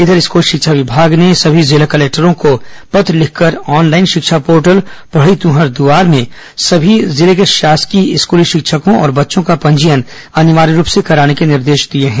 इधर स्कूल शिक्षा विभाग ने सभी जिला कलेक्टरों को पत्र लिखकर ऑनलाइन शिक्षा पोर्टल पढ़ई तुंहर दुआर में सभी जिले के शासकीय स्कूलों के शिक्षकों और बच्चों का पंजीयन अनिवार्य रूप से कराने के निर्देश दिए हैं